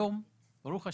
וכיום, ברוך השם,